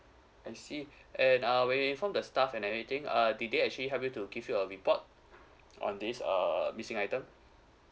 I see and uh when you inform the staff and everything uh did they actually help you to give you a report on this err missing item